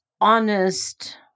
honest